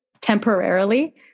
temporarily